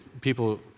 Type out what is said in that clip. People